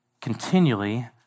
continually